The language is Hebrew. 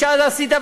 שאז עשית,